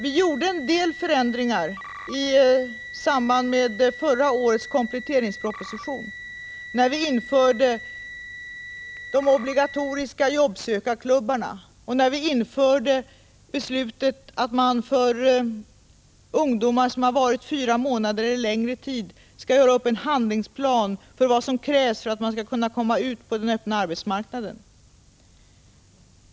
Vi gjorde en del förändringar i samband med förra årets kompletteringsproposition. Då införde vi de obligatoriska jobbsökarklubbarna. Vidare fattades då beslut om de ungdomar som har varit föremål för sådana här åtgärder fyra månader eller längre. För dessa skulle man göra upp en handlingsplan över vad som krävs för att ungdomarna skall komma ut på den öppna arbetsmarknaden.